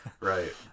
right